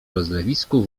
rozlewisku